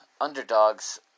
underdogs